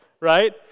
right